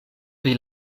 pri